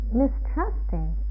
mistrusting